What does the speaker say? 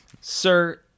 Sir